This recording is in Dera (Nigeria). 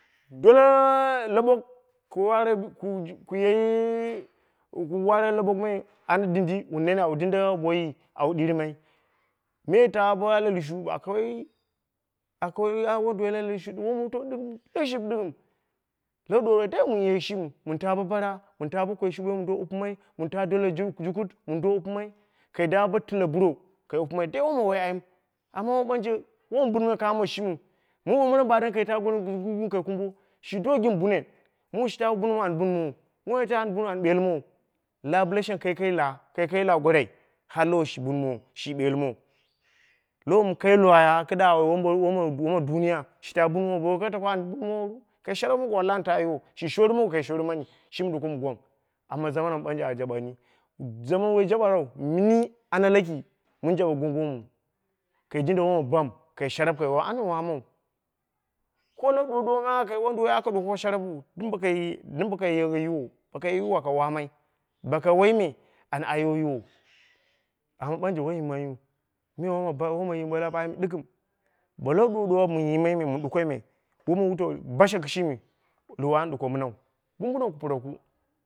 Dole loɓok ku are ku waare loɓok me ana dindi awu jindai boiyi awu ɗirɨmai me taa bo are lushu aka wai wonduwoi la lushu wu motowu dɨm kɨship ɗɨgɨm la ɗuwa dai mɨn ye shimi mɨ taa bo bara, mun ta bo koi shurwo mɨn do wupɨmai mun taa dole jukut mɨn do wupɨmai da bo tɨle buro kai wupɨmai dai woma wai ayim amma ambo mɨ ɓanje wowun bɨna kamo shimiu, mɨbambɨram ba donni ka ta goreni gung gung bo kumbo shi do gɨn bunnen mun shi tagha an bunmo wo mondin shang an bun an ɓellɨmowo la goro shimi kai kai iwa gorei har shi shi bunmowo lowo mɨ kai loya kɨdda a wai wom duniya an bunmowo bo wokai takau an bunmoworu kai sharap bo goko an taa yiwo shi shoori mowo kai shoorimani shimi ɗukom gwang. Amma zaman mɨ ɓanje a jaɓeni zaman woi jaba rau mɨni moi laki mɨn jaɓa bobmu, kai jinda wom gwang kai sharap ka wai an wommau. Ko la ɗuwa ɗuwa ma aka ye wonduwoi aka ɗuko sharappu ɗɨm yagh yoiwo boko yagh yuwo aka wammai mbak, boko wai me an aiwo yiwo amma ɓanjke wowun yimaiyu ɗukom bam woma lau ayim ɗɨgɨm bo la ɗuwa ɗuwa mɨn yimai mɨn ɗukoi me wo mɨn wutau basha kɨshimi lowo an ɗuko minau bubuna kuporoku